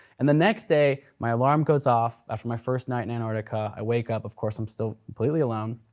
and the next day, my alarm goes off, after my first night in antarctica. i wake up, of course i'm still completely alone.